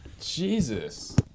Jesus